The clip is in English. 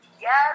Yes